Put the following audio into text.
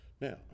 Now